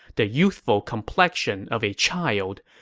the youthful complexion of a child,